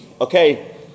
okay